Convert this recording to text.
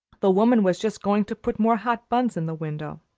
the woman was just going to put more hot buns in the window.